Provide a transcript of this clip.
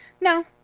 No